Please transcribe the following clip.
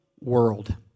world